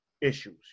issues